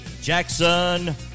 Jackson